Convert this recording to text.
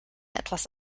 etwas